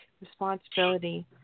responsibility